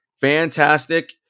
Fantastic